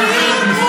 אל תפריעי לי.